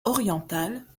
orientale